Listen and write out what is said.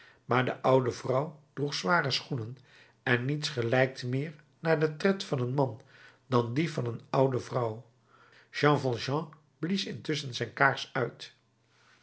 maar de oude vrouw droeg zware schoenen en niets gelijkt meer naar den tred van een man dan die van een oude vrouw jean valjean blies intusschen zijn kaars uit